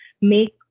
make